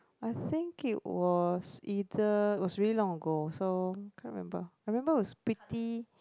I think it was either it was really long ago so can't remember I remember it was pretty